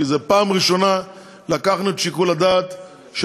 כי בפעם הראשונה לקחנו את שיקול הדעת של